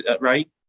right